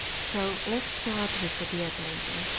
so, let's start with the deer painting.